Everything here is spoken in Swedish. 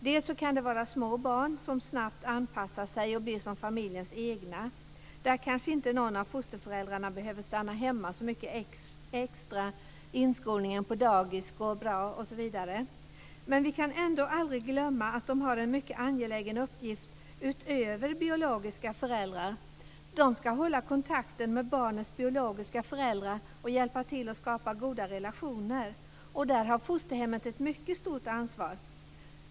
Dels kan det gälla små barn som snabbt anpassar sig och blir som familjens egna. Då kanske inte någon av fosterföräldrarna behöver stanna hemma så mycket extra, inskolningen på dagis går bra osv. Men vi kan ändå aldrig glömma att de har en mycket angelägen uppgift utöver biologiska föräldrars: De ska hålla kontakten med barnets biologiska föräldrar och hjälpa till att skapa goda relationer. Där har fosterhemmet ett mycket stort ansvar.